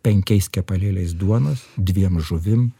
penkiais kepalėliais duonos dviem žuvim